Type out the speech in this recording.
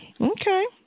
Okay